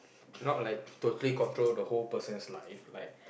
not like totally control the whole person's life like